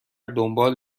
دنبال